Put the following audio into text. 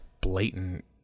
blatant